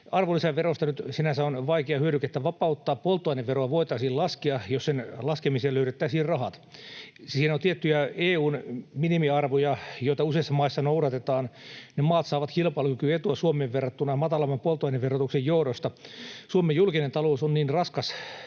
Arvonlisäverosta nyt sinänsä on vaikea hyödykettä vapauttaa. Polttoaineveroa voitaisiin laskea, jos sen laskemiseen löydettäisiin rahat. Siihen on tiettyjä EU:n minimiarvoja, joita useissa maissa noudatetaan. Ne maat saavat kilpailukykyetua Suomeen verrattuna matalamman polttoaineverotuksen johdosta. Suomen julkinen talous on niin raskas